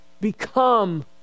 become